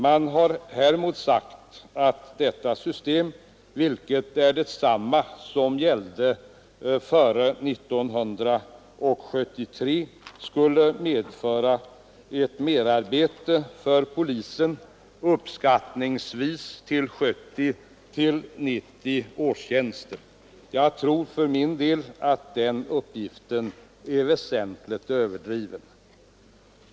Man har häremot sagt att detta system, vilket är detsamma som gällde före 1973, skulle medföra ett merarbete för polisen och uppskattningsvis kräva 70—90 årstjänster. Jag tror för min del att den uppgiften är överdriven.